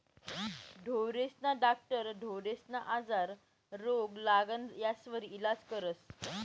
ढोरेस्ना डाक्टर ढोरेस्ना आजार, रोग, लागण यास्वर इलाज करस